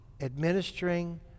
administering